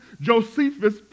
Josephus